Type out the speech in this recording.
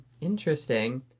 Interesting